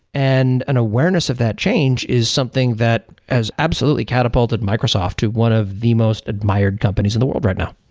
and an awareness of that change is something that has absolutely catapulted microsoft to one of the most admired companies in the world right now.